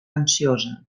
ansiosa